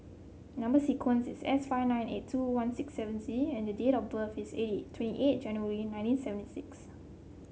number sequence is S five nine eight two one six seven Z and date of birth is eighty twenty eight January nineteen seventy six